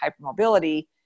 hypermobility